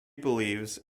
believes